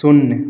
शून्य